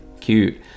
cute